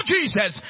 Jesus